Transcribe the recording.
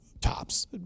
tops